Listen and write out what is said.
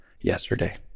yesterday